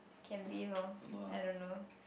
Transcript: can be lor I don't know